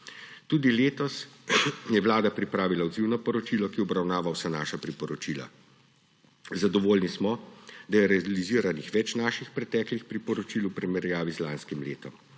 Tudi letos je Vlada pripravila odzivno poročilo, ki obravnava vsa naša priporočila. Zadovoljni smo, da je realiziranih več naših preteklih priporočil v primerjavi z lanskim letom,